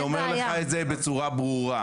אני אומר לך את זה בצורה ברורה.